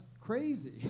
crazy